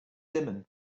dimmen